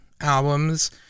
albums